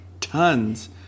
tons